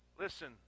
Listen